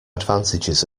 advantages